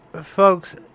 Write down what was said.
folks